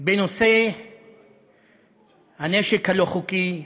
בנושא הנשק הלא-חוקי,